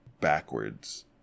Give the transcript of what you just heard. backwards